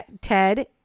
Ted